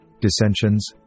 dissensions